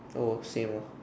oh same ah